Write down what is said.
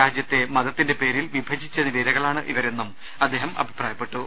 രാജ്യത്തെ മതത്തിന്റെ പേരിൽ വിഭജിച്ചതിന്റെ ഇരകളാണിവ രെന്നും അദ്ദേഹം അഭിപ്രായപ്പെട്ടു